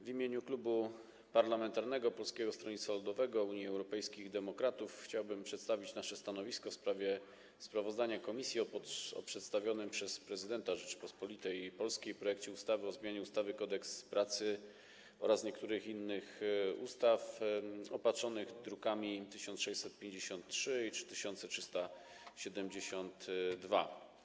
W imieniu Klubu Poselskiego Polskiego Stronnictwa Ludowego - Unii Europejskich Demokratów chciałbym przedstawić nasze stanowisko w sprawie sprawozdania komisji o przedstawionym przez prezydenta Rzeczypospolitej Polskiej projekcie ustawy o zmianie ustawy Kodeks pracy oraz niektórych innych ustaw, druki nr 1653 i 3372.